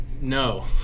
No